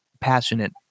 passionate